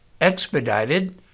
expedited